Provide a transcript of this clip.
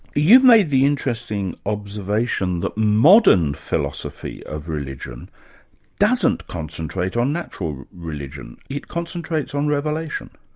you made the interesting observation that modern philosophy of religion doesn't concentrate on natural religion it concentrates on revelation.